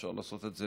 אפשר לעשות את זה,